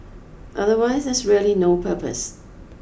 otherwise there's really no purpose